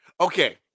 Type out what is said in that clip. okay